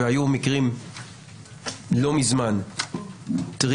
והיו מקרים לא מזמן טריים,